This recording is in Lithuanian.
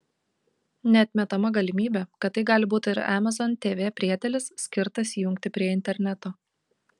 neatmetama galimybė kad tai gali būti ir amazon tv priedėlis skirtas jungti prie interneto